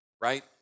right